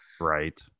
right